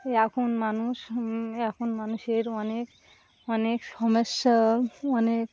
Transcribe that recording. এখন মানুষ এখন মানুষের অনেক অনেক সমস্যা অনেক